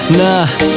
nah